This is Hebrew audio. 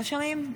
לא שומעים?